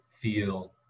feel